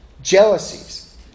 jealousies